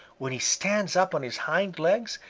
when he stands up on his hind legs,